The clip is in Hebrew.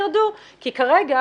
ירדו כי כרגע,